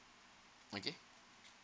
okay